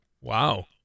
Wow